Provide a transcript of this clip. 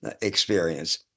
experience